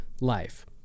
life